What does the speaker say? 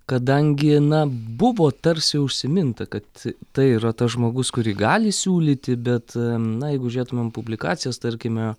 kadangi na buvo tarsi užsiminta kad tai yra tas žmogus kurį gali siūlyti bet na jeigu žiūrėtumėm publikacijas tarkime